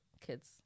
kids